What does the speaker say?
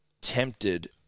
tempted